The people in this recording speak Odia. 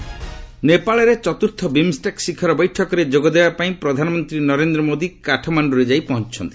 ବିମ୍ଷ୍ଟେକ୍ ସମିଟ୍ ନେପାଳରେ ଚତୁର୍ଥ ବିମ୍ଷ୍ଟେକ୍ ଶିଖର ବୈଠକରେ ଯୋଗଦେବା ପାଇଁ ପ୍ରଧାନମନ୍ତ୍ରୀ ନରେନ୍ଦ୍ର ମୋଦି କାଠମାଣ୍ଡୁରେ ଯାଇ ପହଞ୍ଚୁଛନ୍ତି